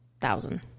thousand